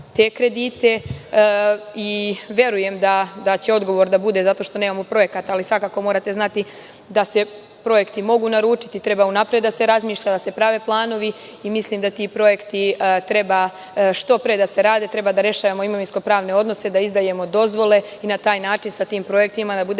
te kredite. Verujem da će odgovor da bude zato što nemamo projekat, ali svakako morate znati da se projekti mogu naručiti, treba unapred da se razmišlja, da se prave planovi i mislim da ti projekti treba što pre da se rade i da rešavamo imovinsko-pravne odnose, da izdajemo dozvole i na taj način sa tim projektima da budemo